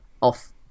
off